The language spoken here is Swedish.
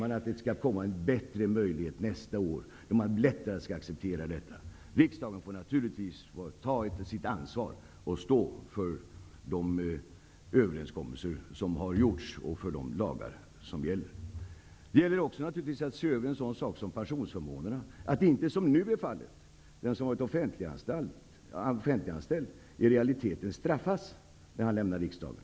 Man tror att det skall bli bättre möjligheter nästa år att acceptera detta. Riksdagen får naturligtvis ta sitt ansvar och stå fast vid de överenskommelser som har träffats och de lagar som gäller. Vidare gäller det att se över pensionsförmånerna. Det får inte vara som nu är fallet, dvs. att den som varit offentliganställd i realiteten straffas när vederbörande lämnar riksdagen.